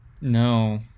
No